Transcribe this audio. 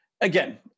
again